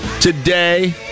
today